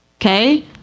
Okay